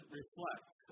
reflect